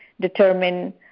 determine